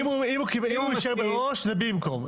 אם הוא אישר מראש, זה במקום.